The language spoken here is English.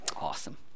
Awesome